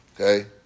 Okay